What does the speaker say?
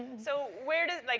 so where does, like